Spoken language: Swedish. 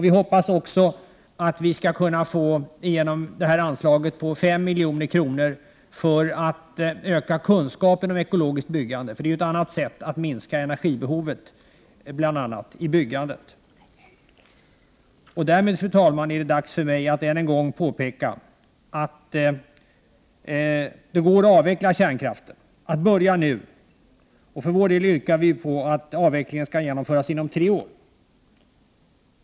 Vi hoppas också att anslaget på 5 milj.kr. för att öka kunskapen om ekologiskt byggande godkänns. Det är ett annat sätt att minska bl.a. energibehovet i byggandet. Därmed, fru talman, är det dags för mig att än en gång påpeka att det går att avveckla kärnkraften och att börja nu. Miljöpartiet yrkar att avvecklingen skall genomföras inom tre år.